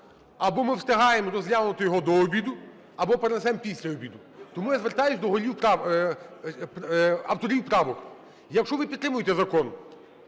або ми встигаємо розглянути його до обіду, або перенесемо після обіду. Тому я звертаюсь до авторів правок: якщо ви підтримуєте закон,